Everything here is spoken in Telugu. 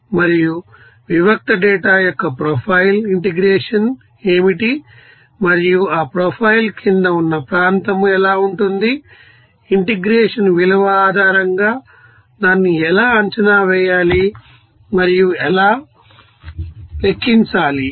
మరియు వివిక్త డేటా యొక్క ప్రొఫైల్ ఇంటెగ్రేషన్ ఏమిటి మరియు ఆ ప్రొఫైల్ క్రింద ఉన్న ప్రాంతం ఎలా ఉంటుంది ఇంటెగ్రేషన్ విలువ ఆధారంగా దాన్ని ఎలా అంచనా వేయాలి మరియు ఎలా లెక్కించాలి